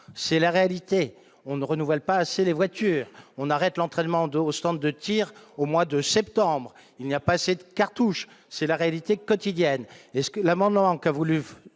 c'est la réalité, on ne renouvelle pas assez les voitures, on arrête l'entraînement de au stand de Tir au mois de septembre, il n'y a pas assez de cartouches, c'est la réalité quotidienne est-ce que l'amendement qu'a voulu